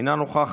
אינה נוכחת,